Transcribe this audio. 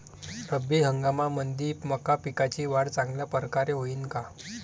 रब्बी हंगामामंदी मका पिकाची वाढ चांगल्या परकारे होईन का?